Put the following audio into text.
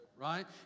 right